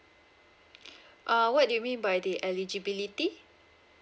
uh what do you mean by the eligibility